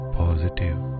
positive